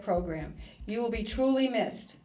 program you will be truly missed